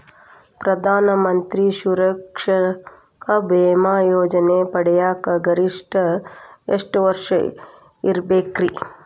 ಪ್ರಧಾನ ಮಂತ್ರಿ ಸುರಕ್ಷಾ ಭೇಮಾ ಯೋಜನೆ ಪಡಿಯಾಕ್ ಗರಿಷ್ಠ ಎಷ್ಟ ವರ್ಷ ಇರ್ಬೇಕ್ರಿ?